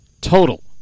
total